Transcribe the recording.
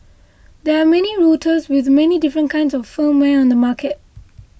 there are many routers with many different kinds of firmware on the market